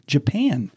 Japan